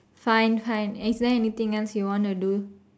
fine fine is there anything else you want to do